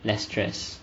less stress